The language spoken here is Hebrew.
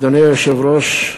אדוני היושב-ראש,